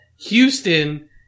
Houston